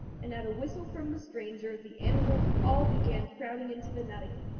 and at a whistle from the stranger the animals all began crowding into the nut again,